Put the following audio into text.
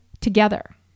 together